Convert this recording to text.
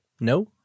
no